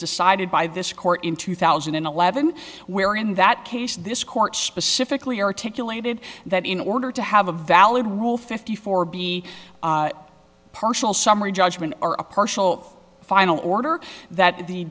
decided by this court in two thousand and eleven where in that case this court specifically articulated that in order to have a valid rule fifty four be partial summary judgment or a partial final order that the